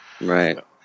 Right